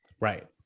Right